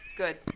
Good